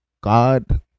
god